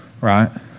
Right